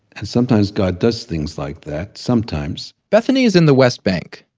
and sometimes god does things like that. sometimes bethany is in the west bank.